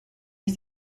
ich